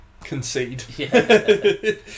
concede